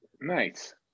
Nice